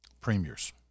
premiers